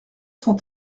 cent